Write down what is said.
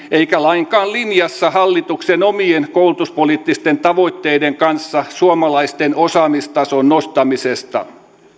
eikä lainkaan linjassa hallituksen omien koulutuspoliittisten tavoitteiden kanssa suomalaisten osaamistason nostamisesta